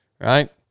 right